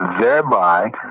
thereby